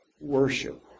worship